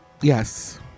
Yes